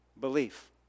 belief